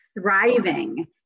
thriving